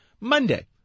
Monday